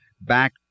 back